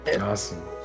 Awesome